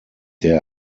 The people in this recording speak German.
der